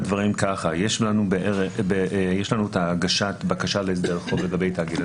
יש לנו את הגשת הבקשה להסדר חוב לגבי תאגיד.